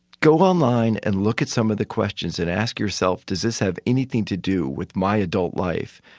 go online and look at some of the questions, and ask yourself does this have anything to do with my adult life?